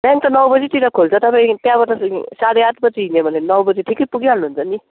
bank त नौ बजेतिर खोल्छ तपाईँ त्यहाँबाट साढे आठ बजे हिँड्यो भने नौ बजे ठिकै पुगिहाल्नु हुन्छ नि